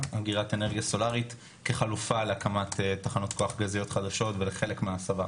סולארית כחלופה להקמת תחנות כוח גזיות חדשות ולחלק מההסבה.